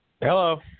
Hello